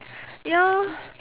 ya